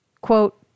quote